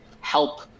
help